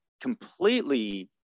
completely